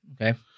Okay